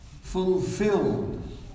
fulfilled